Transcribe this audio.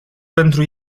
pentru